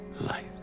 life